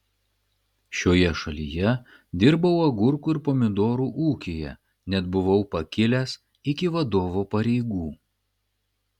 šioje šalyje dirbau agurkų ir pomidorų ūkyje net buvau pakilęs iki vadovo pareigų